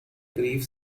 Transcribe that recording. brief